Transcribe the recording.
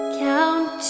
count